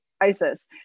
isis